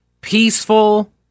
peaceful